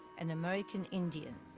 an american indian.